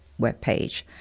webpage